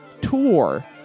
tour